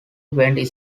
went